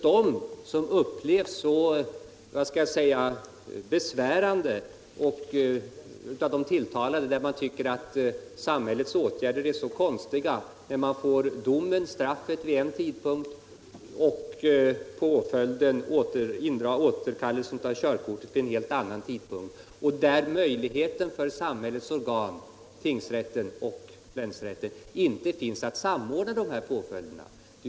Det upplevs som besvärande för de tilltalade därför att de tycker samhällets åtgärder är mindre rimliga: domen-straffet kommer vid en tidpunkt och påföljden-återkallelsen av körkortet vid en helt annan tidpunkt, och samhällets organ, tingsrätten och länsrätten, har inte möjlighet att samordna dessa påföljder.